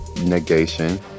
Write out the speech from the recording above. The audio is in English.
negation